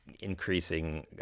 increasing